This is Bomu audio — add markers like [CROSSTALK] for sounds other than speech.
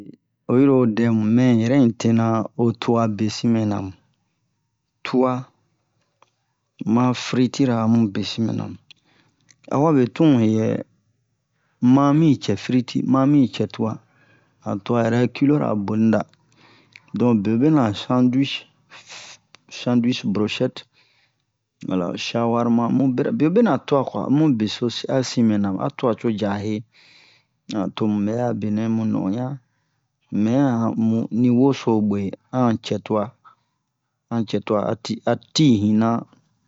[HESITATION] oyiro odɛmu mɛ yɛrɛ un tena o tua besin mɛna mu tua ma fritira mu besin mɛna mu awabe tun heyɛ mami cɛ friti mami cɛ tua han tua yɛrɛ kilora boni da don beo benɛ'a sandwich sandwich brochette wala chawarma mubera beobenɛ'a tua kwa amu besosi asimɛna mu a tua co jahe an tomubɛ'a benɛ mu non'ona mais han mu ni woso bwe an cɛ tua an cɛ tua ati atihina